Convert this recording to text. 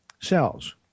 cells